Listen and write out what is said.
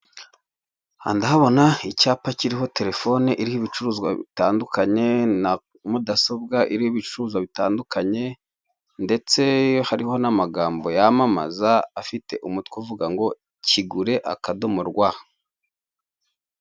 Aha ndahabona icyapa kiriho telefone iriho ibicuruzwa bitandukanye na mudasobwa iriho ibicuruzwa bitandukanye ndetse hariho n'amagambo yamamaza, afite umutwe uvuga ngo; kigure akadomo rwa.